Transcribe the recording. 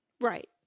Right